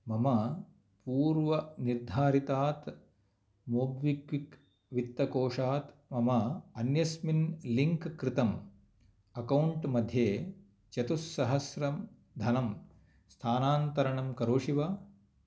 मम पूर्वनिर्धारितात् मोब्क्विक् वित्तकोषात् मम अन्यस्मिन् लिङ्क् कृतम् अकौण्ट् मध्ये चतुसह्स्रं धनं स्थानान्तरणं करोषि वा